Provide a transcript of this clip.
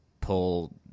pull